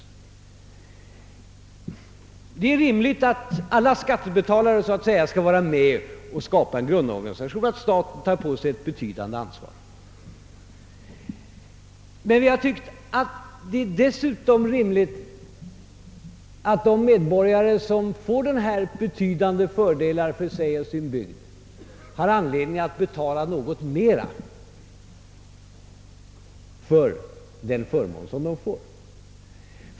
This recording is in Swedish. Därför är det rimligt att alla skattebetalare är med om att skapa grundorganisationen och att staten tar på sig ett betydande ansvar. Men vi har dessutom tyckt det vara rimligt att de medborgare som kommer i åtnjutande av dessa betydande fördelar för sig själva och sin bygd skall betala något mer för den förmån de får.